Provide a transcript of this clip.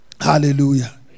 Hallelujah